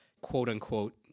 quote-unquote